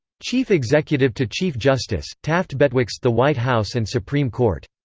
chief executive to chief justice taft betwixt the white house and supreme court.